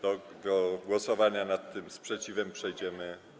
Do głosowania nad tym sprzeciwem przejdziemy.